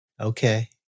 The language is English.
Okay